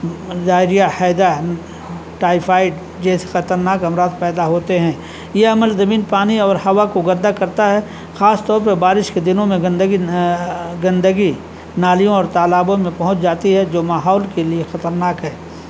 diarrhoea ہیضہ typhoid جیسے خطرناک امراض پیدا ہوتے ہیں یہ عمل زمین پانی اور ہوا کو گندا کرتا ہے خاص طور پر بارش کے دنوں میں گندگی گندگی نالیوں اور تالابوں میں پہنچ جاتی ہے جو ماحول کے لیے خطرناک ہے